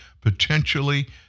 potentially